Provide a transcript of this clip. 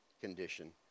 condition